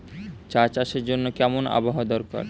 চা চাষের জন্য কেমন আবহাওয়া দরকার?